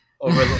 over